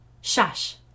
Shush